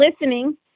listening